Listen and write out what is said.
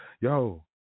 Yo